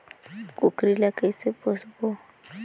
कूकरी ला कइसे पोसबो?